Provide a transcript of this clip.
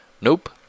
Nope